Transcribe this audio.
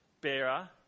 bearer